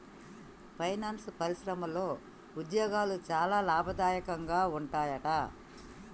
finance పరిశ్రమలో ఉద్యోగాలు చాలా లాభదాయకంగా ఉంటాయట